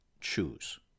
choose